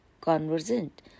conversant